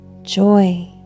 Joy